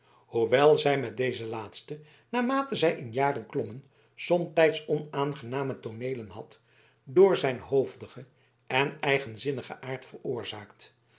hoewel zij met dezen laatsten naarmate zij in jaren klommen somtijds onaangename tooneelen had door zijn hoofdigen en eigenzinnigen aard veroorzaakt